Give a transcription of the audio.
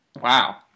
Wow